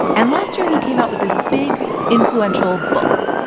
and last year, he came out with this big influential book.